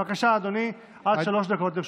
בבקשה, אדוני, עד שלוש דקות לרשותך.